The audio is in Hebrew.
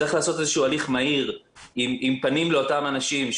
צריך להיות איזשהו הליך מהיר עם פנים לאותם אנשים,